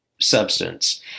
substance